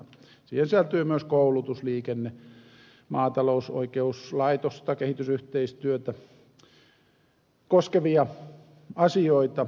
siihen sisältyy myös koulutus liikenne maatalous oikeuslaitosta kehitysyhteistyötä koskevia asioita